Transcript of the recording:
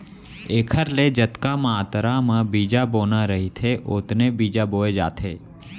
एखर ले जतका मातरा म बीजा बोना रहिथे ओतने बीजा बोए जाथे